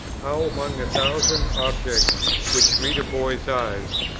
how, among the thousand objects which meet a boy's eyes,